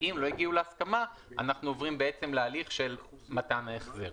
ואם לא הגיעו להסכמה אנחנו עוברים להליך של מתן ההחזר.